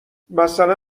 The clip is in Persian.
مثلا